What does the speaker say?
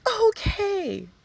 okay